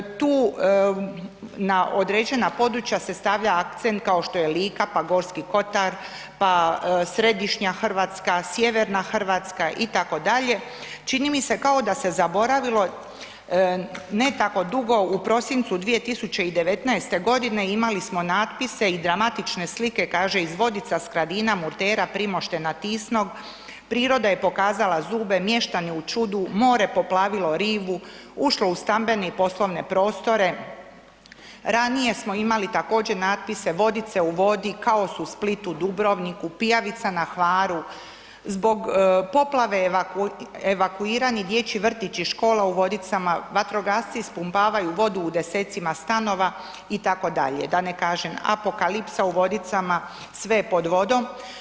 Tu na određena područja se stavlja akcent kao što je Lika, pa Gorski kotar, pa središnja Hrvatska, sjeverna Hrvatska, itd., čini mi se kao da se zaboravilo, ne tako dugo, u prosincu 2019. g. imali smo natpise i dramatične slike, kaže iz Vodica, Skradina, Murtera, Primoštena, Tisnog, priroda je pokazala zube, mještani u čudu, more poplavilo rivu, ušlo u stambene i poslovne prostore, ranije smo imali također, natpise Vodice u vodi, kaos u Splitu, Dubrovniku, pijavica na Hvaru, zbog poplave evakuirani dječji vrtići, škola u Vodicama, vatrogasci ispumpavaju vodu u desecima stanova, itd., da ne kažem, apokalipsa u Vodicama, sve je pod vodom.